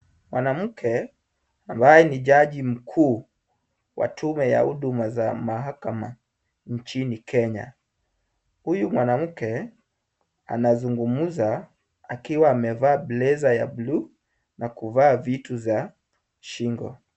Mwanamke ambaye ni jaji mkuu wa tume ya huduma za mahakama nchini Kenya. Huyu mwanamke anazungumza akiwa amevaa blazer ya blue na kuvaa vitu za shingo.